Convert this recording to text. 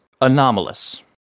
anomalous